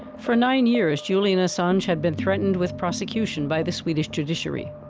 for nine years, julian assange had been threatened with prosecution by the swedish judiciary.